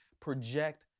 project